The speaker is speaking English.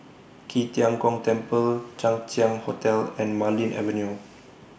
Qi Tian Gong Temple Chang Ziang Hotel and Marlene Avenue